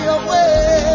away